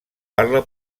parla